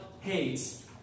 hates